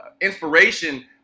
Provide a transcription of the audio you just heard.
inspiration